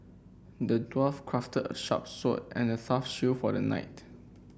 the dwarf crafted a sharp sword and a tough shield for the knight